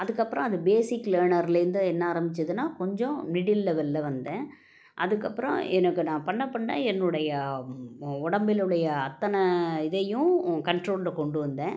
அதுக்கப்புறம் அது பேஸிக் லேனர்லேருந்து என்ன ஆரம்மித்ததுன்னா கொஞ்சம் மிடில் லெவலில் வந்தேன் அதுக்கப்புறம் எனக்கு நான் பண்ண பண்ண என்னுடைய உடம்பினுடைய அத்தனை இதையும் உ கண்ட்ரோலில் கொண்டு வந்தேன்